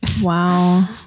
Wow